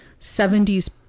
70s